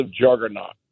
juggernaut